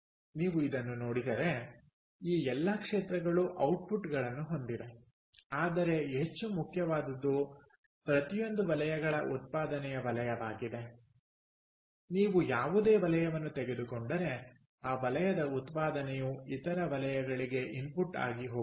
ನೀವು ಇದನ್ನು ನೋಡಿದರೆ ಈ ಎಲ್ಲಾ ಕ್ಷೇತ್ರಗಳು ಔಟ್ಪುಟ್ಗಳನ್ನು ಹೊಂದಿವೆ ಆದರೆ ಹೆಚ್ಚು ಮುಖ್ಯವಾದುದು ಪ್ರತಿಯೊಂದು ವಲಯಗಳ ಉತ್ಪಾದನೆಯ ವಲಯವಾಗಿದೆ ನೀವು ಯಾವುದೇ ವಲಯವನ್ನು ತೆಗೆದುಕೊಂಡರೆ ಆ ವಲಯದ ಉತ್ಪಾದನೆಯು ಇತರ ವಲಯಗಳಿಗೆ ಇನ್ಪುಟ್ ಆಗಿ ಹೋಗುತ್ತದೆ